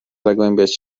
zagłębiać